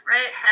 Right